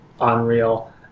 unreal